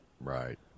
Right